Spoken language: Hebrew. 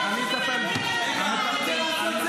סאונדמן של